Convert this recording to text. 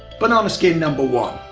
banana skin number one,